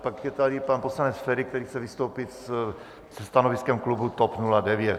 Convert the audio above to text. Pak je tady pan poslanec Feri, který chce vystoupit se stanoviskem klubu TOP 09.